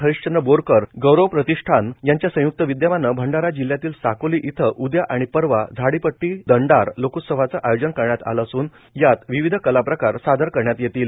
हरिश्वंद्र बोरकर गौरव प्रतिष्ठान यांच्या संयुक्त विद्यमानं भंडारा जिल्ह्यातील साकोली इथं उद्या आणि परवा झाडीपट्टी दंडार लोकोत्सवाचं आयोजन करण्यात आलं असून यात विविध कलाप्रकार सादर करण्यात येतील